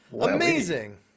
Amazing